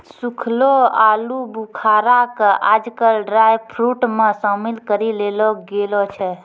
सूखलो आलूबुखारा कॅ आजकल ड्रायफ्रुट मॅ शामिल करी लेलो गेलो छै